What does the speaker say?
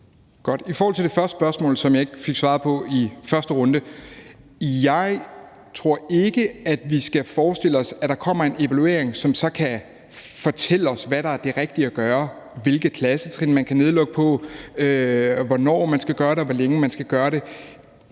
I forhold til det første spørgsmål, som jeg ikke fik svaret på i første runde, vil jeg sige, at jeg ikke tror, at vi skal forestille os, at der kommer en evaluering, som kan fortælle os, hvad der er det rigtige at gøre, hvilke klassetrin man kan nedlukke på, hvornår man skal gøre det, og hvor længe man skal gøre det.